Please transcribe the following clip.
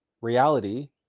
reality